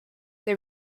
they